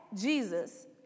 Jesus